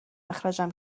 اخراجم